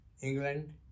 england